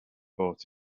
brought